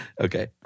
Okay